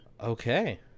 Okay